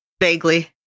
Vaguely